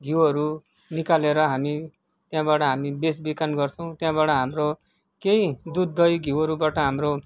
घिउहरू निकालेर हामी त्यहाँबाट हामी बेचबिखन गर्ने गर्छौँ त्यहाँबाट हाम्रो केही दुध दही घिउहरूबाट हाम्रो